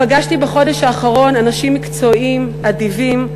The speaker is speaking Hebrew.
פגשתי בחודש האחרון אנשים מקצועיים, אדיבים,